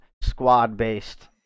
squad-based